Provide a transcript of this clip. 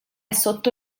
sotto